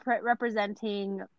representing